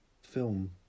film